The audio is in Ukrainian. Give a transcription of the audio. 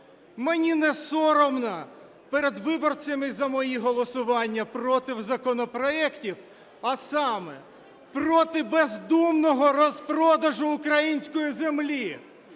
Мені не соромно перед виборцями за мої голосування проти законопроектів. А саме: проти бездумного розпродажу української землі